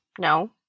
No